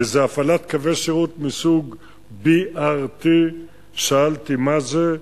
וזה הפעלת קווי שירות מסוג BRT. שאלתי מה זה,